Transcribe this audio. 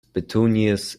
petunias